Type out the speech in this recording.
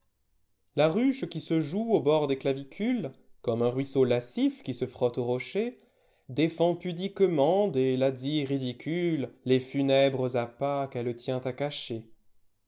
la ruche qui se joue au bord des clavicules comme un ruisseau lascif qui se frotte au rocher défend pudiquement des lazzi ridiculesles funèbres appas qu'elle tient à cacher